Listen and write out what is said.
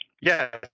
yes